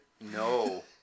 No